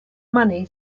money